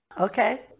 Okay